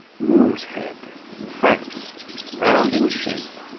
moor's head france round in shape.